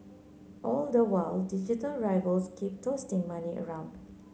all the while digital rivals keep toasting money around